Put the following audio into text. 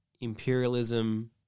imperialism